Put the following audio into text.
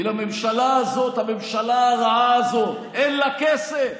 כי לממשלה הזאת, הממשלה הרעה הזאת, אין לה כסף.